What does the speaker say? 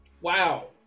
Wow